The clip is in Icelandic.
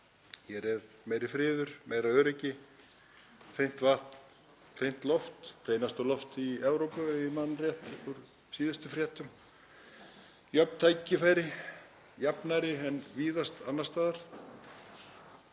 Hér er meiri friður, meira öryggi, hreint vatn, hreint loft, hreinasta loft í Evrópu, ef ég man rétt úr síðustu fréttum, jöfn tækifæri, jafnari en víðast annars staðar.